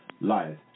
life